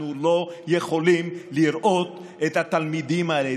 אנחנו לא יכולים לראות את התלמידים האלה,